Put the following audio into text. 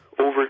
over